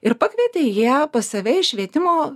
ir pakvietė jie pas save į švietimo